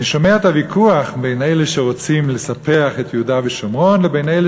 אני שומע את הוויכוח בין אלה שרוצים לספח את יהודה ושומרון לבין אלה